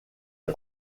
est